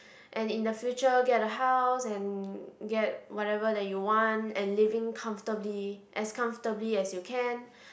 and in the future get a house and get whatever that you want and living comfortably as comfortably as you can